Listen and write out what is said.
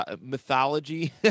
mythology